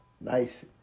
nice